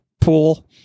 pool